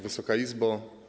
Wysoka Izbo!